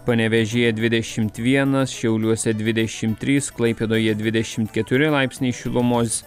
panevėžyje dvidešimt vienas šiauliuose dvidešimt trys klaipėdoje dvidešimt keturi laipsniai šilumos